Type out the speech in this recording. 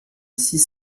six